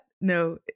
No